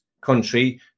country